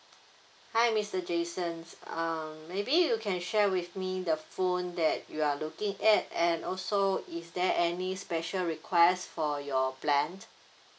hi mister jason um maybe you can share with me the phone that you are looking at and also is there any special request for your plan